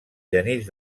genís